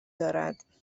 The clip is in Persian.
دارد